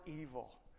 evil